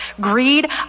greed